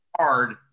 hard